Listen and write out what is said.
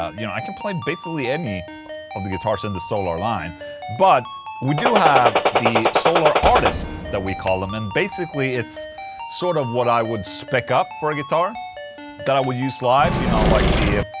ah you know, i can play basically any of the guitars in the solar line but we do have the solar artist that we call them and basically it's sort of what i would spec up for a guitar that i would use live, you know, like the.